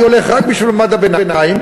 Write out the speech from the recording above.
אני הולך רק בשביל מעמד הביניים,